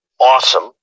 awesome